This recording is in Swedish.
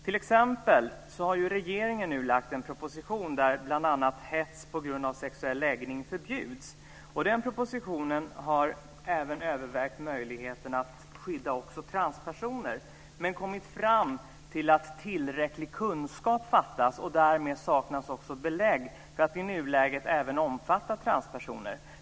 T.ex. har regeringen nu lagt fram en proposition där bl.a. hets på grund av sexuell läggning förbjuds. I den propositionen har man övervägt möjligheten att skydda även transpersoner men kommit fram till att tillräcklig kunskap saknas och därmed också belägg för att i nuläget även omfatta transpersoner.